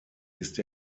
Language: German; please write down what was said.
ist